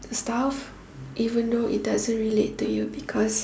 stuff even though it doesn't relate to you because